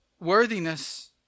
worthiness